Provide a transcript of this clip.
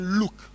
look